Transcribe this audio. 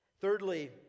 Thirdly